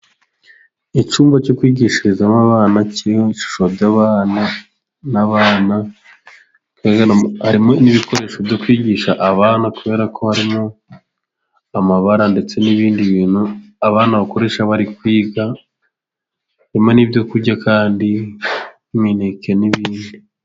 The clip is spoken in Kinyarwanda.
Icyumba cyo kwigishirizamo abana ku shusho by'abana n'abana, harimo n'ibikoresho byo kwigisha abana kubera ko harimo amabara ndetse n'ibindi bintu abana bakoresha bari kwigama, n'ibyo kurya kandi imineke n'ibindi.